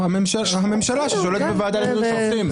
הממשלה ששולטת בוועדה למינוי שופטים.